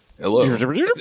Hello